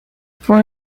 for